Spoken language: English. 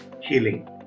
healing